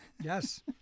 Yes